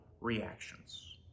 reactions